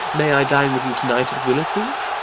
may i dine with you to-night at willis's?